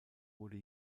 wurde